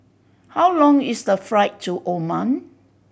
how long is the flight to Oman